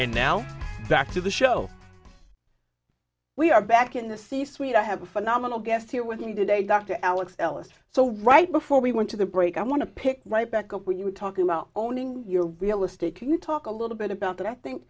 and now back to the show we are back in the c suite i have a phenomenal guest here with me today dr alex ellis so right before we went to the break i want to pick right back up when you were talking about owning your real estate can you talk a little bit about that i think